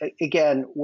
again